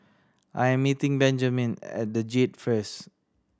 I am meeting Benjamen at The Jade first